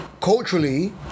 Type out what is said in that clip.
Culturally